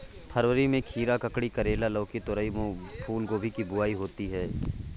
फरवरी में खीरा, ककड़ी, करेला, लौकी, तोरई, फूलगोभी की बुआई होती है